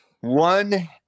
One